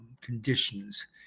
conditions